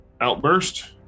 outburst